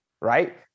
right